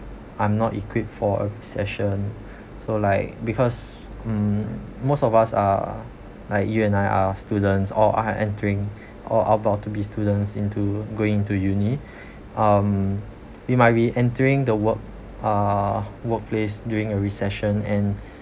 i'm not equipped for a recession so like because mm most of us uh like you and I are students or are entering or about to be students into going to uni um we might be entering the work uh workplace during a recession and